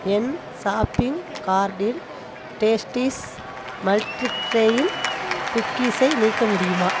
என் shopping கார்டில் Tasties multi grain குக்கீஸை நீக்க முடியுமா